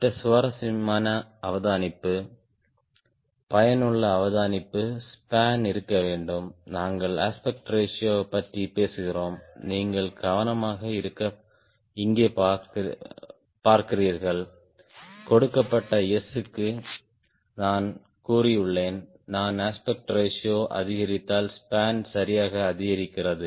மற்ற சுவாரஸ்யமான அவதானிப்பு பயனுள்ள அவதானிப்பு ஸ்பான் இருக்க வேண்டும் நாங்கள் அஸ்பெக்ட் ரேஷியோ பற்றி பேசுகிறோம் நீங்கள் கவனமாக இங்கே பார்க்கிறீர்கள் கொடுக்கப்பட்ட S க்கு நான் கூறியுள்ளேன் நான் அஸ்பெக்ட் ரேஷியோ அதிகரித்தால் ஸ்பான் சரியாக அதிகரிக்கிறது